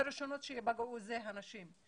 הראשונות שייפגעו אלה הנשים.